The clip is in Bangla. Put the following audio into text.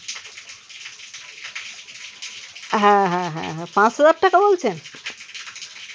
হ্যাঁ হ্যাঁ হ্যাঁ হ্যাঁ পাঁচ হাজার টাকা বলছেন